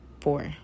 four